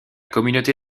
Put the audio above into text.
communauté